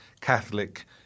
Catholic